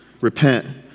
repent